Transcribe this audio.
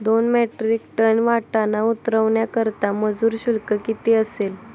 दोन metric ton वाटाणा उतरवण्याकरता मजूर शुल्क किती असेल?